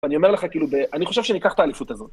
אני אומר לך כאילו, אני חושב שניקח את האליפות הזאת.